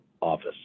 office